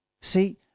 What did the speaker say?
See